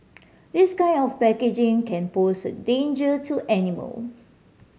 this kind of packaging can pose a danger to animals